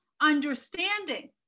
understanding